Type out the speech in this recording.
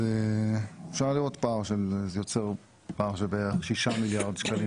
זה יוצר פער של בערך 6 מיליארד שקלים